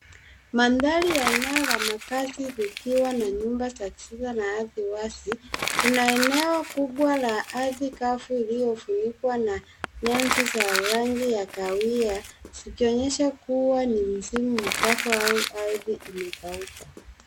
Mandhari ya eneo ya makazi likiwa na nyumba za kisasa na ardhi wazi, kuna eneo kubwa la ardhi kavu iliyofunikwa na nyasi za rangi ya kahawia zikionyesha kuwa ni msimu mkavu au ardhi imekauka.